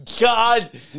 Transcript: God